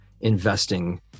investing